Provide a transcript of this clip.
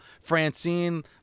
Francine